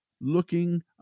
looking